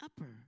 upper